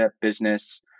business